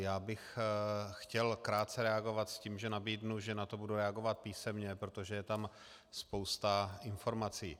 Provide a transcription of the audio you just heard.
Já bych chtěl krátce reagovat s tím, že nabídnu, že na to budu reagovat písemně, protože je tam spousta informací.